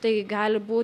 tai gali būt